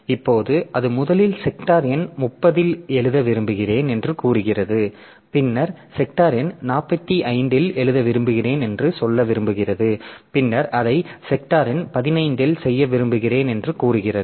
இப்போது அது முதலில் செக்டார் எண் 30 இல் எழுத விரும்புகிறேன் என்று கூறுகிறது பின்னர் செக்டார் எண் 45 இல் எழுத விரும்புகிறேன் என்று சொல்ல விரும்புகிறது பின்னர் அதை செக்டார் எண் 15 இல் செய்ய விரும்புகிறேன் என்று கூறுகிறது